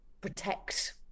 protect